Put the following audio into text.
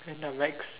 in the next